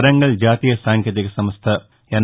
వరంగల్ జాతీయ సాంకేతిక సంస్ల ఎన్